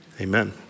Amen